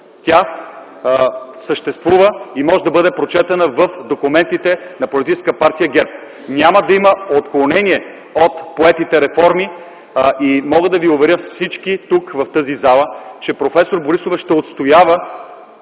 тя съществува и може да бъде прочетена в документите на политическа партия ГЕРБ! Няма да има отклонение от поетите реформи. Мога да уверя всички тук, в тази зала, че проф. Борисова ще отстоява